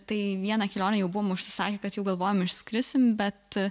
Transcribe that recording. tai vieną kelionę jau buvome užsisakę kad jau galvojom išskrisim bet